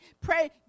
pray